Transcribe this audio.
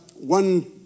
One